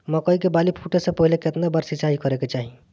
मकई के बाली फूटे से पहिले केतना बार सिंचाई करे के चाही?